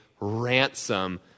ransom